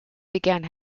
began